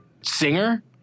singer